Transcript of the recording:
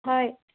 হয়